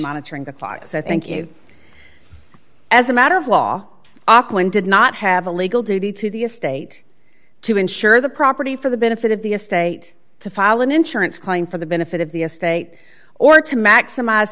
monitoring the fox i thank you as a matter of law auckland did not have a legal duty to the estate to ensure the property for the benefit of the estate to file an insurance claim for the benefit of the estate or to maximize